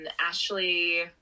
ashley